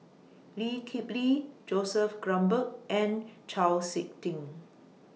Lee Kip Lee Joseph Grimberg and Chau Sik Ting